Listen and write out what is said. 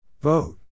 Vote